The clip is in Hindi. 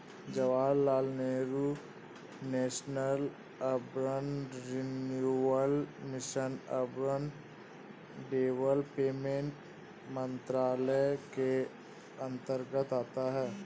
Jawaharlal Nehru national urban renewal mission urban development मंत्रालय के अंतर्गत आता है